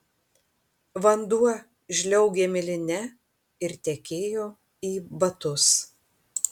vanduo žliaugė miline ir tekėjo į batus